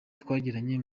twagiranye